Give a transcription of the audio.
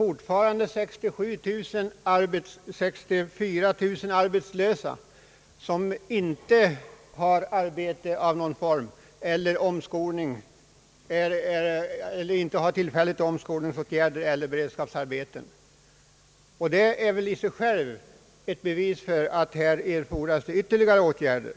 Det finns dock fortfarande 64 000 arbetslösa som inte har arbete i någon form och som inte fått tillfälle till omskolning eller beredskapsarbete. Det är ju ett bevis för att det här erfordras ytterligare åtgärder.